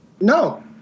No